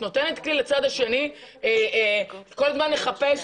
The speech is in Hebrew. את נותנת כלי לצד השני כל הזמן לחפש